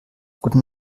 guten